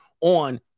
on